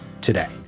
today